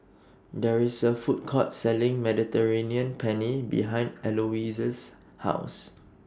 There IS A Food Court Selling Mediterranean Penne behind Eloise's House